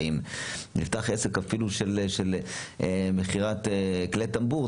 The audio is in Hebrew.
אפילו של מכירת כלי טמבור,